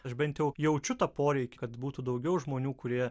aš bent jau jaučiu tą poreikį kad būtų daugiau žmonių kurie